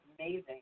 amazing